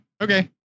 Okay